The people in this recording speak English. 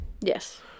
Yes